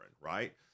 right